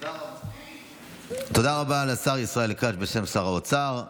תודה רבה לשר ישראל כץ בשם שר האוצר.